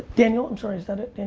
daniel. i'm sorry, is that it, and